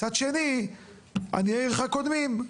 ומצד שני, ענייך עירך קודמים.